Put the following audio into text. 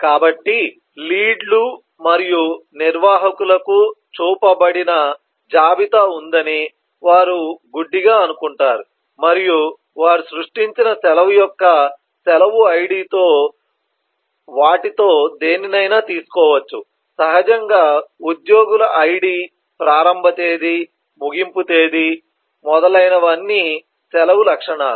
కాబట్టి లీడ్లు మరియు నిర్వాహకులకు చూపబడిన జాబితా ఉందని వారు గుడ్డిగా అనుకుంటారు మరియు వారు సృష్టించిన సెలవు యొక్క సెలవు ఐడితో వాటిలో దేనినైనా తీసుకోవచ్చు సహజంగా ఉద్యోగుల ఐడి ప్రారంభ తేదీ ముగింపు తేదీ మొదలైన అన్ని సెలవు లక్షణాలు